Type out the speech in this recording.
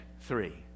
three